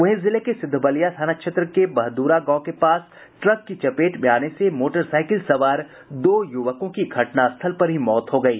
वहीं जिले के सिद्धबलिया थाना क्षेत्र के बहदुरा गांव के पास ट्रक की चपेट में आने से मोटरसाईकिल सवार दो युवकों की घटनास्थल पर ही मौत हो गयी